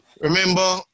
Remember